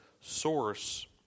source